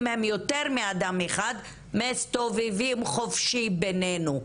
הם יותר מאדם אחד מסתובבים חופשי בינינו.